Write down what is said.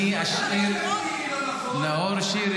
אני אשאיר --- טלי,